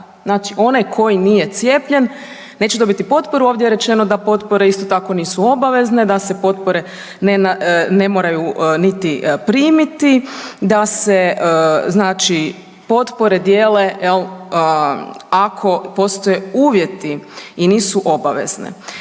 Znači onaj koji nije cijepljen, neće dobiti potporu, ovdje je rečeno da potpore isto tako nisu obavezne, da se potpore ne moraju niti primiti, da se znači potpore dijele jel ako postoje uvjeti i nisu obavezni.